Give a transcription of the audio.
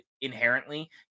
Inherently